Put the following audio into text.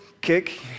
kick